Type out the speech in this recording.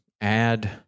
add